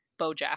Bojack